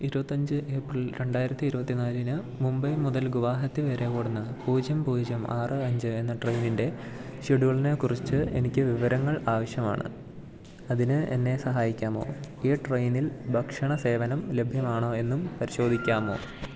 ഇരുപത്തഞ്ച് ഏപ്രിൽ രണ്ടായിരത്തി ഇരുപത്തി നാലിന് മുംബൈ മുതൽ ഗുവാഹത്തി വരെ ഓടുന്ന പൂജ്യം പൂജ്യം ആറ് അഞ്ച് എന്ന ട്രെയിനിൻ്റെ ഷെഡ്യൂളിനെ കുറിച്ച് എനിക്ക് വിവരങ്ങൾ ആവശ്യമാണ് അതിന് എന്നെ സഹായിക്കാമോ ഈ ട്രെയിനിൽ ഭക്ഷണ സേവനം ലഭ്യമാണോ എന്നും പരിശോധിക്കാമോ